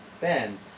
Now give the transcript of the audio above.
Ben